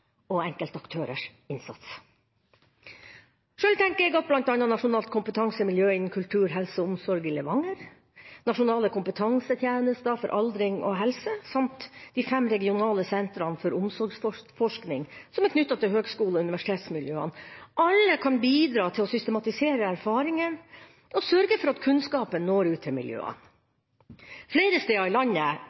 og enkeltaktørers innsats? Sjøl tenker jeg at bl.a. det nasjonale kompetansesenteret innen kultur, helse og omsorg i Levanger, Nasjonale kompetansetjenester for aldring og helse, samt de fem regionale sentrene for omsorgsforskning som er knyttet til høgskole- og universitetsmiljøene, alle kan bidra til å systematisere erfaringene og sørge for at kunnskapen når ut til miljøene. Flere steder i landet